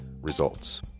Results